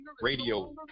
Radio